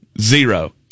Zero